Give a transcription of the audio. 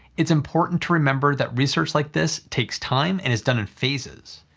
it's important to remember that research like this takes time and is done in phases.